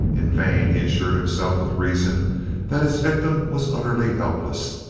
in vain he assured himself with reason that his victim was utterly helpless.